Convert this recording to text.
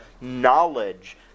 knowledge